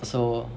so